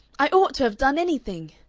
i ought to have done anything.